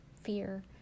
fear